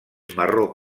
marró